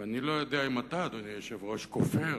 ואני לא יודע אם אתה, אדוני היושב-ראש, כופר